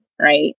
right